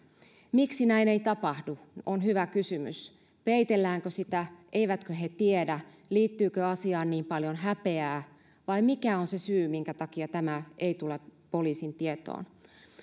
miksi näin ei tapahdu on hyvä kysymys peitelläänkö sitä eivätkö he tiedä liittyykö asiaan niin paljon häpeää vai mikä on se syy minkä takia tämä ei tule poliisin tietoon